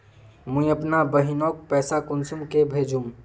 मुई अपना बहिनोक पैसा कुंसम के भेजुम?